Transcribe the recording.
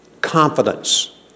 confidence